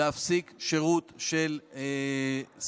להפסיק שירות של סוהרות,